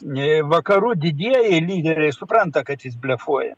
ii vakarų didieji lyderiai supranta kad jis blefuoja